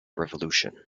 revolution